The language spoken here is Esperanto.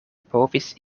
povis